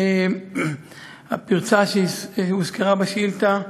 הפרצה שהוזכרה בשאילתה ידועה,